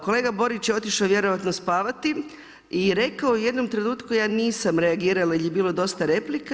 Kolega Borić je otišao vjerojatno spavati i rekao je u jednom trenutku, ja nisam reagirala jer je bilo dosta replika.